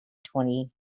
twenty